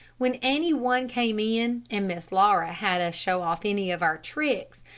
when any one came in, and miss laura had us show off any of our tricks,